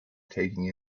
taking